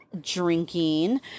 drinking